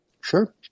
Sure